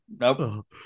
nope